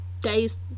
days